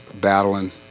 battling